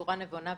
בצורה נבונה,